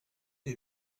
est